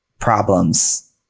problems